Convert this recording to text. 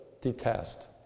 detest